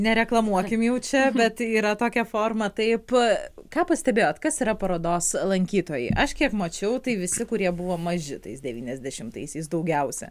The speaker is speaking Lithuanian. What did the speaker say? nereklamuokime jau čia bet yra tokia forma taip ką pastebėjot kas yra parodos lankytojai aš kiek mačiau tai visi kurie buvo maži tais devyniasdešimtaisiais daugiausia